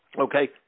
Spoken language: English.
Okay